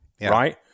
right